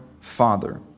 Father